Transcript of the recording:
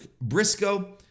Briscoe